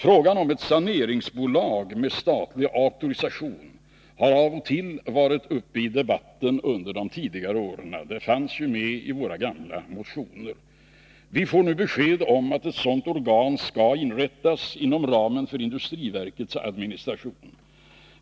Frågan om ett saneringsbolag med statlig auktorisation har av och till varit uppe i debatten under tidigare år. Det fanns med i våra gamla motioner. Vi får nu besked om att ett sådant organ skall inrättas inom ramen för industriverkets administration.